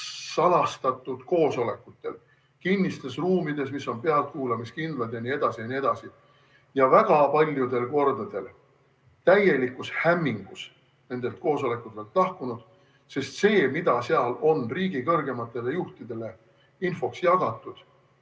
salastatud koosolekutel kinnistes ruumides, mis on pealtkuulamiskindlad jne, jne, ja väga paljudel kordadel olen täielikus hämmingus nendelt koosolekutelt lahkunud. Sest see, mida seal on riigi kõrgematele juhtidele infoks jagatud,